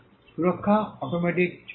সুরক্ষা অটোমেটিক ছিল